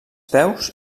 peus